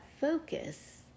focus